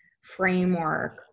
framework